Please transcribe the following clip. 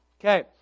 Okay